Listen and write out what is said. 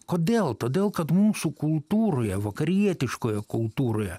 kodėl todėl kad mūsų kultūroje vakarietiškoje kultūroje